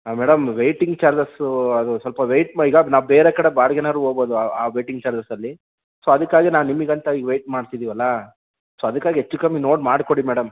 ಹಾಂ madam waiting charges ಅದು ಸ್ವಲ್ಪ ವೇಟ್ ಮಾ ಈಗ ನಾವು ಬೇರೆ ಕಡೆ ಬಾಡಿಗೆನಾದ್ರು ಹೋಗ್ಬೋದು ಆ ವೈಟಿಂಗ್ ಚಾರ್ಜಸಲ್ಲಿ ಸೊ ಅದಕ್ಕಾಗಿ ನಿಮಗಂತ ವೇಟ್ ಮಾಡ್ತಾ ಇದ್ದೀವಲ್ಲ ಸೋ ಅದಕ್ಕಾಗಿ ಹೆಚ್ಚು ಕಮ್ಮಿ ನೋಡಿ ಮಾಡಿಕೊಡಿ ಮೇಡಮ್